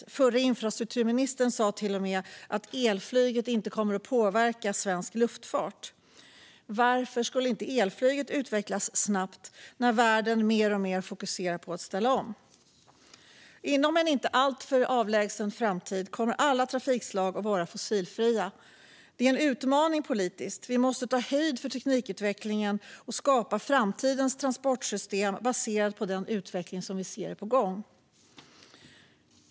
Den förre infrastrukturministern sa till och med att elflyget inte kommer att påverka svensk luftfart. Varför skulle inte elflyget utvecklas snabbt när världen mer och mer fokuserar på att ställa om? Inom en inte alltför avlägsen framtid kommer alla trafikslag att vara fossilfria. Det är en utmaning politiskt. Vi måste ta höjd för teknikutvecklingen och skapa framtidens transportsystem baserat på den utveckling som vi ser är på gång.